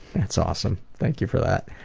that's awesome. thank you for that.